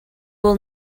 will